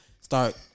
start